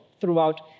Throughout